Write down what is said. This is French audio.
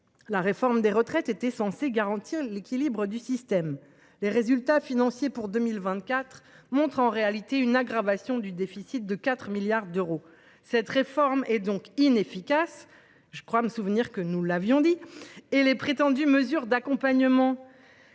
La réforme des retraites était censée « garantir l’équilibre du système ». Les résultats financiers pour 2024 traduisent en réalité une aggravation du déficit de l’ordre de 4 milliards d’euros. Cette réforme est donc inefficace – je crois me souvenir que nous l’avions dit !– et les prétendues mesures d’accompagnement,